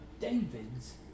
David's